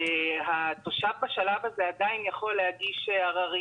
שהתושב בשלב הזה עדיין יכול להגיש עררים